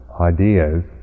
ideas